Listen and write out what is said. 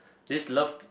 this love